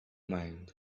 mind